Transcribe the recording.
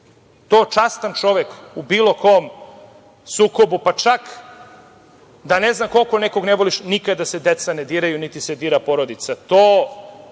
To častan čovek u bilo kom sukobu, pa čak da ne znam koliko nekog ne voliš, nikada se deca ne diraju, niti se dira porodica.